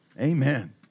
Amen